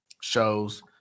shows